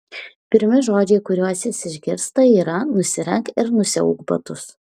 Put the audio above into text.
pirmi žodžiai kuriuos jis išgirsta yra nusirenk ir nusiauk batus